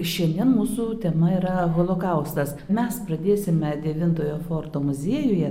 šiandien mūsų tema yra holokaustas mes pradėsime devintojo forto muziejuje